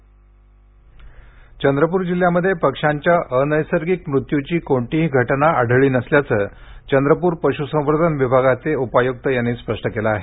चंद्रपूर अफवा चंद्रपूर जिल्ह्यामध्ये पक्ष्यांच्या अनैसर्गिक मृत्यूची कोणतीही घटना आढळली नसल्याचं चंद्रपूर पश्संवर्धन विभागाचे उपायुक्त राजपुत यांनी स्पष्ट केलं आहे